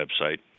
website